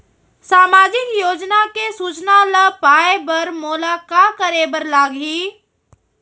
सामाजिक योजना के सूचना ल पाए बर मोला का करे बर लागही?